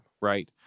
right